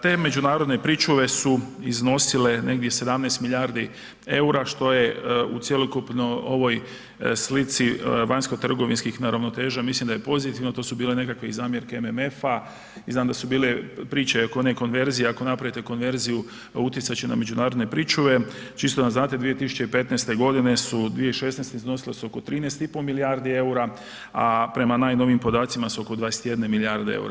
Te međunarodne pričuve su iznosile negdje 17 milijardi EUR-a što je u cjelokupnoj ovoj slici vanjskotrgovinskih neravnoteža, mislim da je pozitivno, to su bile nekakve i zamjerke MMF-a i znam da su bile priče oko one konverzije, ako napravite konverziju utjecat će na međunarodne pričuve, čisto da znate 2015., su 2016. iznosile su oko 13,5 milijardi EUR-a, a prema najnovijim podacima su oko 21 milijarde EUR-a.